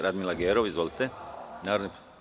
Radmila Gerov, izvolite.